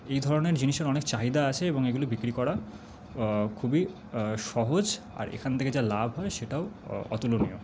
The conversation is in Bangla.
এই ধরণের জিনিসের অনেক চাহিদা আছে এবং এগুলো বিক্রি করা খুবই সহজ আর এখান থেকে যা লাভ হয় সেটাও অতুলনীয়